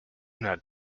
not